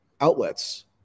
outlets